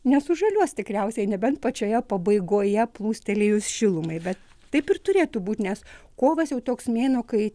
nesužaliuos tikriausiai nebent pačioje pabaigoje plūstelėjus šilumai bet taip ir turėtų būt nes kovas jau toks mėnuo kai